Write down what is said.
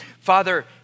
Father